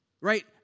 right